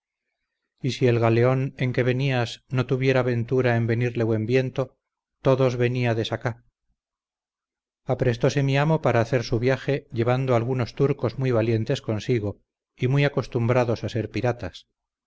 y si el galeón en que venias no tuviera ventura en venirle buen viento todos veniades acá aprestose mi amo para hacer su viaje llevando algunos turcos muy valientes consigo y muy acostumbrados a ser piratas